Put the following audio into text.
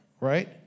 right